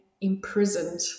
imprisoned